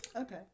Okay